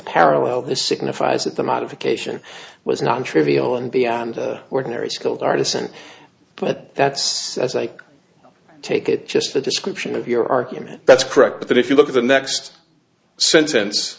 parallel this signifies that the modification was non trivial and beyond ordinary skilled artisan but that's as i take it just the description of your argument that's correct but if you look at the next sentence